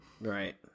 Right